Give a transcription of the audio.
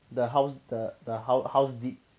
the house the hou~ house deed